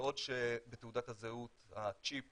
בעוד שבתעודת הזהות הצ'יפ